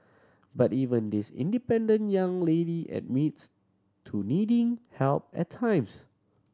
but even this independent young lady admits to needing help at times